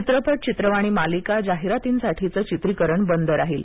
चित्रपट चित्रवाणी मालिका जाहिरातींसाठीचं चित्रीकरण बंद राहील